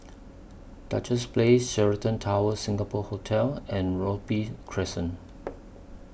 Duchess Place Sheraton Towers Singapore Hotel and Robey Crescent